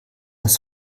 das